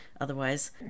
otherwise